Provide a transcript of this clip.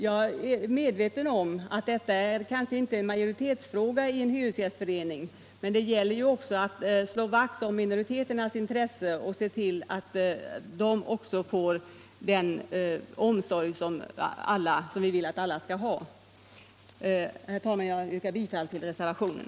Jag är medveten om att detta kanske inte är en fråga för majoriteten i en hyresgästförening, men det gäller också att slå vakt om minoriteternas intressen och att se till att även de får den omsorg som vi vill att alla skall ha. Herr talman! Jag yrkar bifall till reservationen.